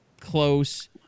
close